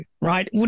right